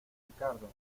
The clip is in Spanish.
ricardo